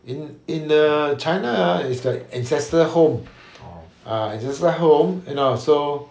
in in the china ah is like ancestor home ah ancestor home you know so